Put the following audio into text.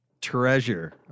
treasure